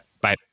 bye